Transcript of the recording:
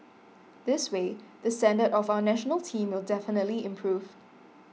this way the standard of our National Team will definitely improve